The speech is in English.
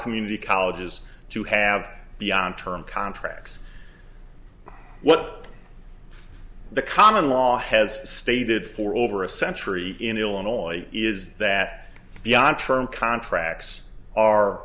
community colleges to have beyond term contracts what the common law has stated for over a century in illinois is that the on term contracts are